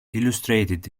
illustrated